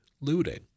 looting